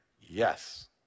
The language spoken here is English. Yes